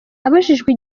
abajijwe